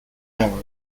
error